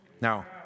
Now